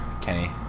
Kenny